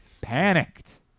Panicked